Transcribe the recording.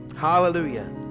Hallelujah